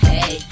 Hey